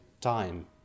time